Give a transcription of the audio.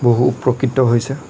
বহু উপকৃত হৈছে